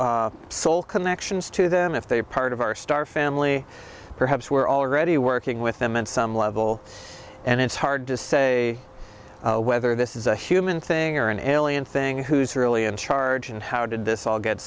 soul connections to them if they are part of our star family perhaps we're already working with them at some level and it's hard to say whether this is a human thing or an alien thing who's really in charge and how did this all get